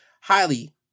highly